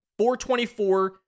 424